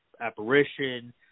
apparition